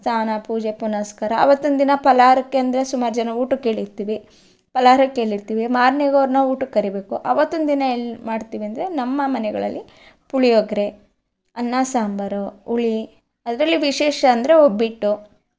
ಸ್ನಾನ ಪೂಜೆ ಪುನಸ್ಕಾರ ಅವತ್ತೊಂದು ದಿನ ಫಲಹಾರಕ್ಕೆ ಅಂದರೆ ಸುಮಾರು ಜನ ಊಟಕ್ಕಿಳೀತಿವಿ ಫಲಹಾರ ಕೇಳಿರ್ತೀವಿ ಮಾರ್ನೆಗೆ ಅವ್ರನ್ನ ಊಟಕ್ಕೆ ಕರಿಬೇಕು ಅವತ್ತೊಂದು ದಿನ ಎಲ್ಲ ಮಾಡ್ತೀವಿ ಅಂದರೆ ನಮ್ಮ ಮನೆಗಳಲ್ಲಿ ಪುಳಿಯೋಗರೆ ಅನ್ನ ಸಾಂಬಾರು ಹುಳಿ ದರಲ್ಲಿ ವಿಶೇಷ ಅಂದರೆ ಒಬ್ಬಟ್ಟು